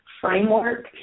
framework